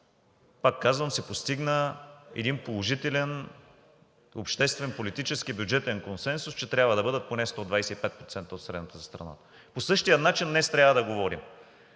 пак казвам, се постигна един положителен обществен, политически, бюджетен консенсус, че трябва да бъдат поне 125% от средната за страната. По същия начин днес трябва да говорим.